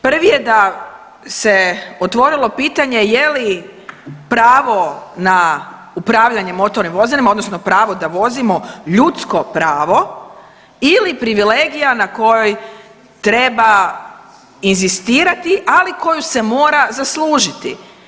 Prvi je da se otvorilo pitanje je li pravo na upravljanje motornim vozilima odnosno pravo da vozimo ljudsko pravo ili privilegija na kojoj treba inzistirati, ali koju se mora zaslužiti.